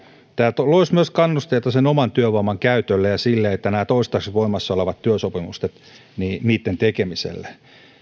tämä loisi myös kannusteita sen oman työvoiman käytölle ja toistaiseksi voimassa olevien työsopimusten tekemiselle